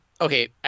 okay